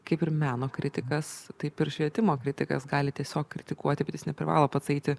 kaip ir meno kritikas taip ir švietimo kritikas gali tiesiog kritikuoti bet jis neprivalo pats eiti